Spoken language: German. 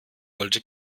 wollte